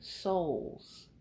souls